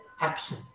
action